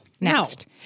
next